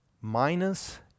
minus